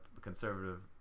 conservative